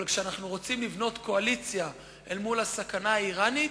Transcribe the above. אבל כשאנחנו רוצים לבנות קואליציה אל מול הסכנה האירנית,